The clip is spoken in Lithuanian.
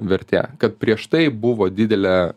vertė kad prieš tai buvo didelė